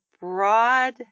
broad